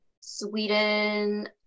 Sweden